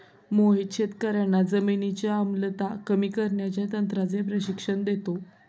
मोहित शेतकर्यांना जमिनीची आम्लता कमी करण्याच्या तंत्राचे प्रशिक्षण देतो